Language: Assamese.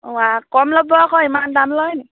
ওৱা কম ল'ব আকৌ ইমান দাম লয়নি